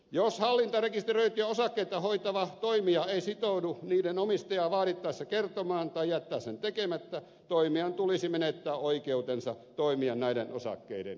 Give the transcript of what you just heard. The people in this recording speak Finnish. jos hallintarekisteröityjä osakkeita hoitava toimija ei sitoudu niiden omistajaa vaadittaessa kertomaan tai jättää sen tekemättä toimijan tulisi menettää oikeutensa toimia näiden osakkeiden hoitajana